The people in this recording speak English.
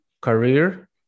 career